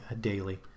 daily